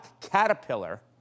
caterpillar